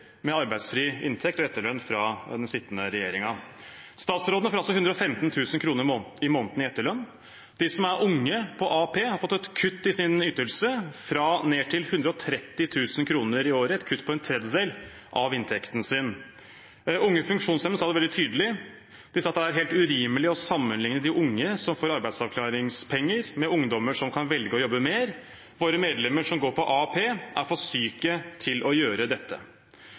med arbeidsfri inntekt og etterlønn fra den sittende regjeringen. Statsrådene får altså 115 000 kr i måneden i etterlønn. De som er unge, på AAP, har fått et kutt i sine ytelser ned til 130 000 kr i året, et kutt på en tredjedel av inntekten. Unge funksjonshemmede sa det veldig tydelig: De sa at det er helt urimelig å sammenligne de unge som får arbeidsavklaringspenger, med ungdom som kan velge å jobbe mer. Våre medlemmer som går på AAP, er for syke til å gjøre